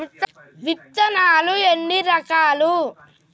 విత్తనాలు ఎన్ని రకాలు?